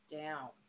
down